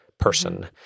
Person